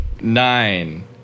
Nine